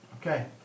Okay